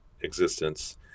existence